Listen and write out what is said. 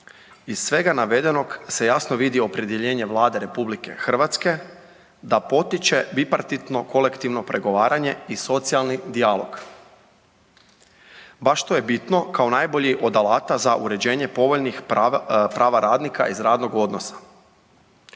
Iz svega navedenog se jasno vidi opredjeljenje Vlade RH da potiče bipartitno kolektivno pregovaranje i socijalni dijalog. Baš to je bitno kao najbolje od alata za uređenje povoljnih prava radnika iz radnog odnosa.